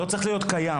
לא צריך להיות קיים.